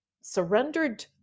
surrendered